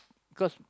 cause